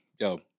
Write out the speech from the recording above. Yo